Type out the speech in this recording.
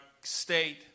state